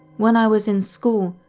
when i was in school,